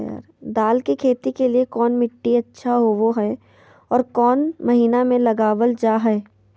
दाल की खेती के लिए कौन मिट्टी अच्छा होबो हाय और कौन महीना में लगाबल जा हाय?